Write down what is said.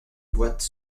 boîte